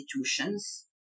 institutions